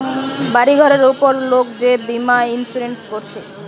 বাড়ি ঘরের উপর লোক যে বীমা ইন্সুরেন্স কোরছে